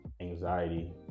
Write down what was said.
anxiety